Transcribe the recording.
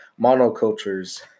monocultures